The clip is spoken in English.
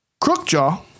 Crookjaw